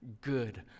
good